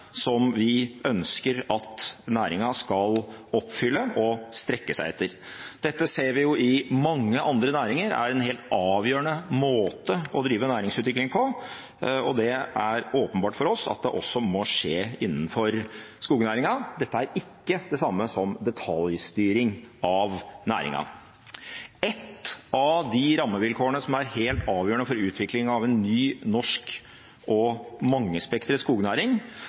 som vi ønsker at næringen skal oppfylle og strekke seg etter. Dette ser vi jo i mange andre næringer er en helt avgjørende måte å drive næringsutvikling på, og det er åpenbart for oss at det også må skje innenfor skognæringen. Dette er ikke det samme som detaljstyring av næringen. Et av de rammevilkårene som er helt avgjørende for utvikling av en ny norsk og mangespektret skognæring,